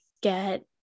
get